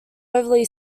overly